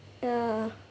ya